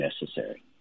necessary